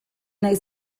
nahi